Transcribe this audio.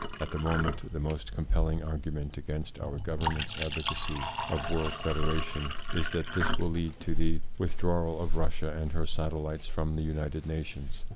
at the moment the most compell ing argument against our govern ment's advocacy of world federation is that this will lead to the with drawal of russia and her satellites from the united nations,